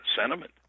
sentiment